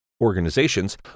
organizations